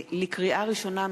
לקריאה ראשונה,